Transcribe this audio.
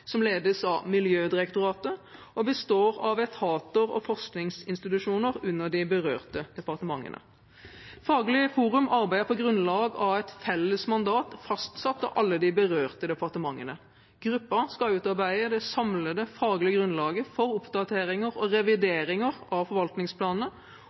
som ledes av Miljødirektoratet og består av etater og forskningsinstitusjoner under de berørte departementene. Faglig forum arbeider på grunnlag av et felles mandat fastsatt av alle de berørte departementene. Gruppen skal utarbeide det samlede faglige grunnlaget for oppdateringer og revideringer av forvaltningsplanene